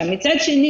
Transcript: מצד שני,